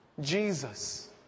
Jesus